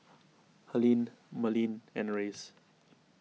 Helene Merlin and Reyes